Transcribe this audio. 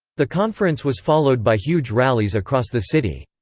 the conference was followed by huge rallies across the city.